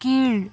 கீழ்